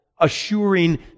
assuring